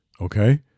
okay